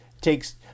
takes